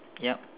ya